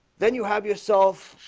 then you have yourself